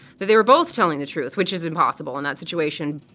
that they were both telling the truth, which is impossible in that situation.